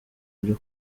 byo